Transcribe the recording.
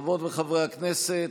חברות וחברי הכנסת,